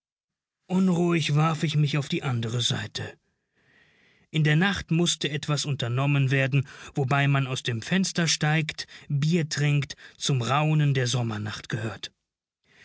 unruhig warf ich mich auf die andere seite in der nacht mußte etwas unternommen werden wobei man aus dem fenster steigt bier trinkt zum raunen der sommernacht gehört